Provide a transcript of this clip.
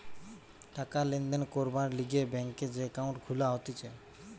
টাকা লেনদেন করবার লিগে ব্যাংকে যে একাউন্ট খুলা হতিছে